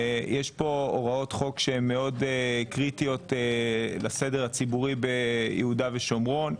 יש פה הוראות חוק שהן מאוד קריטיות לסדר הציבורי ביהודה ושומרון.